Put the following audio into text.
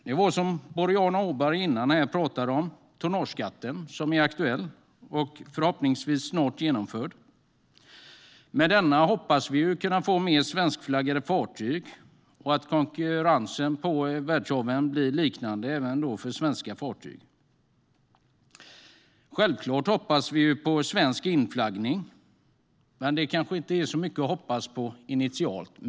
Det är till exempel det som Boriana Åberg tidigare talade om, nämligen tonnageskatten som är aktuell och förhoppningsvis snart genomförd. Med denna hoppas vi kunna få fler svenskflaggade fartyg och att svenskflaggade fartyg ska få konkurrensförhållanden som liknar dem som övrig sjöfart i världen har. Självklart hoppas vi på svensk inflaggning. Men det kanske inte är så mycket att hoppas på initialt.